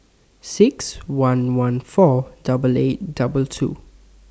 six one one four double eight double two